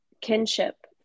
kinship